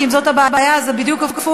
כי אם זאת הבעיה, אז, זה בדיוק הפוך.